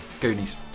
Goonies